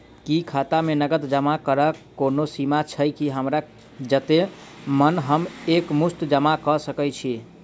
की खाता मे नगद जमा करऽ कऽ कोनो सीमा छई, की हमरा जत्ते मन हम एक मुस्त जमा कऽ सकय छी?